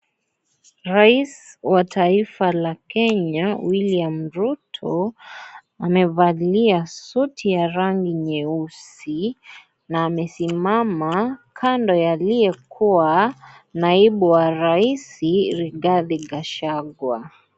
Rais wa taifa la Kenya, William Ruto, amevalia suti ya rangi nyeusi na amesimama kando ya aliyekuwa naibu wa Rais, Rigathi Gachagua.